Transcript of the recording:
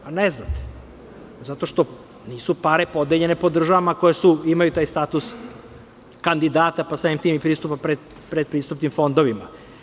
Ne znate zato što nisu pare podeljene po državama koje imaju taj status kandidata pa samim tim i pristupa pretpristupnim fondovima.